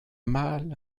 mal